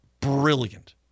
brilliant